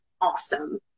awesome